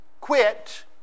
quit